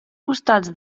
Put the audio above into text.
costats